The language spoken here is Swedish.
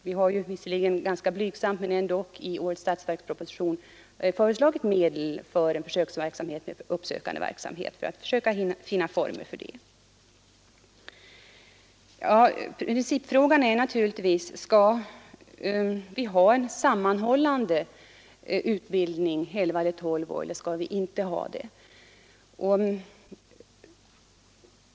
Vi har i årets statsverksproposition föreslagit medel — låt vara att det är en ganska blygsam satsning — till försöksverksamhet med uppsökande verksamhet för att försöka finna former för en sådan. Principfrågan är naturligtvis om vi skall ha en sammanhållen utbildning i elva tolv år eller inte.